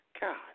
God